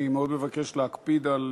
אני מאוד מבקש להקפיד על